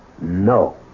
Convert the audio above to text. No